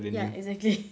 ya exactly